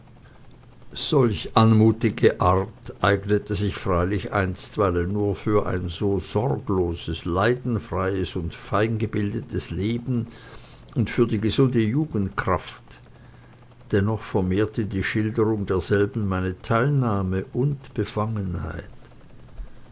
solch anmutige art eignete sich freilich einstweilen nur für ein so sorgloses leidenfreies und feingebildetes leben und für die gesunde jugendkraft dennoch vermehrte die schilderung derselben meine teilnahme und befangenheit